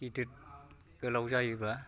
गिदिर गोलाव जायोब्ला